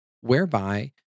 whereby